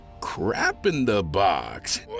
crap-in-the-box